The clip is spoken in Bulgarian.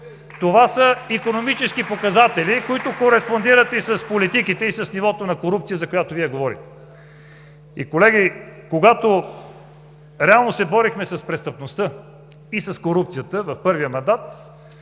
Това са икономически показатели, които кореспондират и с политиките, и с нивото на корупция, за която Вие говорите. Колеги, когато реално се борехме с престъпността и с корупцията в първия мандат,